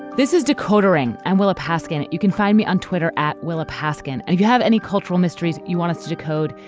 this is decoder ring and willa paskin. you can find me on twitter at willa paskin and if you have any cultural mysteries you want us to decode.